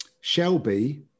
Shelby